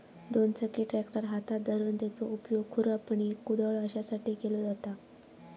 दोन चाकी ट्रॅक्टर हातात धरून त्याचो उपयोग खुरपणी, कुदळ अश्यासाठी केलो जाता